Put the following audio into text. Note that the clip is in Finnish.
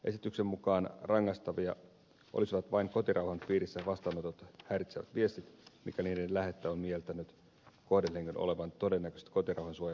esityksen mukaan rangaistavia olisivat vain kotirauhan piirissä vastaanotetut häiritsevät viestit mikäli niiden lähettäjä on mieltänyt kohdehenkilön olevan todennäköisesti kotirauhan suojaamassa paikassa